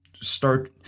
start